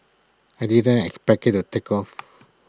I didn't expect IT to take off